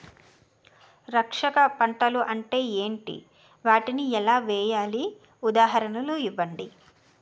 రక్షక పంటలు అంటే ఏంటి? వాటిని ఎలా వేయాలి? ఉదాహరణలు ఇవ్వండి?